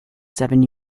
seven